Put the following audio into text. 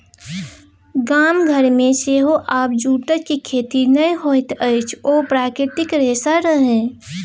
गाम घरमे सेहो आब जूटक खेती नहि होइत अछि ओ प्राकृतिक रेशा रहय